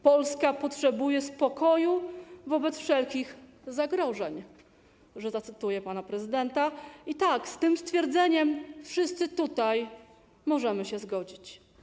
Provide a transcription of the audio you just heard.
Polska potrzebuje spokoju wobec wszelkich zagrożeń, że zacytuję pana prezydenta, i tak, z tym stwierdzeniem wszyscy tutaj możemy się zgodzić.